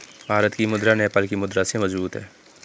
भारत की मुद्रा नेपाल की मुद्रा से मजबूत है